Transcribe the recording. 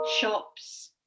shops